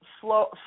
slow